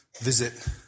visit